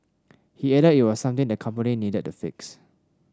he added it was something the company needed to fix